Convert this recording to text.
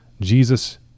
Jesus